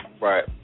Right